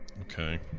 Okay